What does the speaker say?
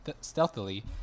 stealthily